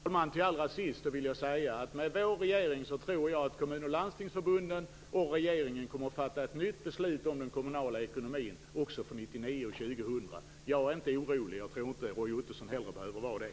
Fru talman! En sak vill jag säga allra sist: Jag tror att vår regering och kommun och landstingsförbunden kommer att fatta ett nytt beslut om den kommunala ekonomin, också för 1999 och 2000. Jag är inte orolig, och Roy Ottosson behöver nog inte heller vara det.